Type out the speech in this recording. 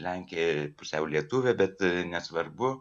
lenkė pusiau lietuvė bet nesvarbu